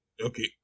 Okay